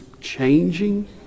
changing